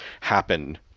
happen